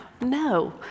no